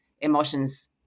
emotions